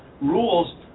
rules